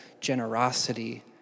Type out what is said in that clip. generosity